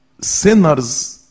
sinners